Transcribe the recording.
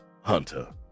hunter